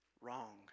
wrong